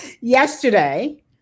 Yesterday